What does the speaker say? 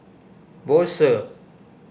Bose